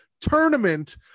tournament